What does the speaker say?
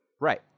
Right